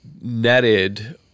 netted